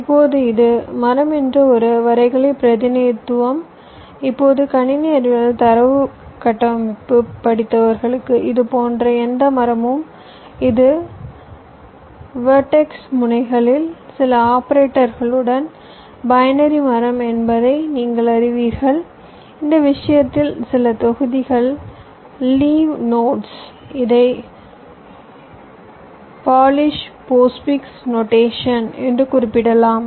இப்போது இது மரம் என்ற ஒரு வரைகலை பிரதிநிதித்துவம் இப்போது கணினி அறிவியல் தரவு கட்டமைப்பைப் படித்தவர்களுக்கு இது போன்ற எந்த மரமும் இது வெர்டெக்ஸ் முனைகளில் சில ஆபரேட்டர்களுடன் பைனரி மரம் என்பதை நீங்கள் அறிவீர்கள் இந்த விஷயத்தில் சில தொகுதிகள் லீவ் நோட்ஸ் இதை போலிஷ் போஸ்ட்ஃபிக்ஸ் குறியீட்டில் குறிப்பிடலாம்